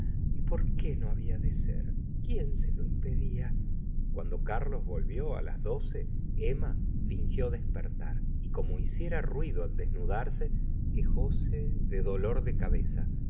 y por qué no había de ser quién se lo impedía cuando carlos volvió las doce emma fingió despertar y como hiciera ruido al desnudarse quejóse de dolor de cabeza